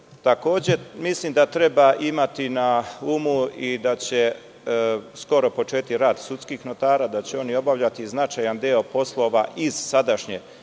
mreže. Takođe, mislim da treba imati na umu i da će skoro početi rad sudskih notara, da će oni obavljati značajan deo poslova iz sadašnje